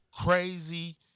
crazy